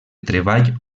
treball